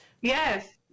Yes